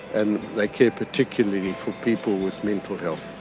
and they care particularly for people with mental health.